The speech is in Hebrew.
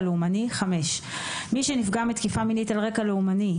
לאומני מי שנפגע מתקיפה מינית על רקע לאומני,